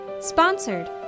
sponsored